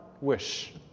wish